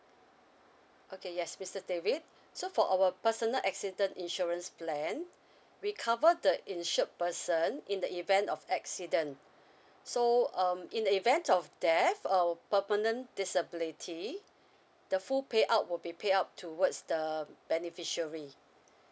okay yes mister david so for our personal accident insurance plan we cover the insured person in the event of accident so um in the event of death or permanent disability the full payout would be pay out towards the beneficiary